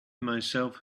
myself